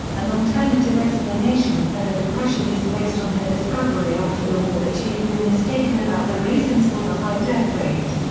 an alternative explanation for her depression is based on her discovery after the war that she had been mistaken about the reasons for the high death rate.